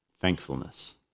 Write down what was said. Thankfulness